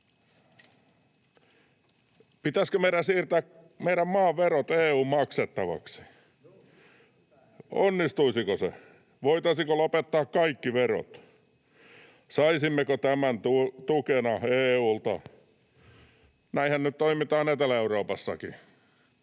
Pitäisikö meidän siirtää meidän maamme verot EU:n maksettavaksi? [Toimi Kankaanniemi: Joo!] Onnistuisiko se? Voitaisiinko lopettaa kaikki verot? Saisimmeko tämän tukena EU:lta? Näinhän nyt toimitaan Etelä-Euroopassakin,